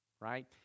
right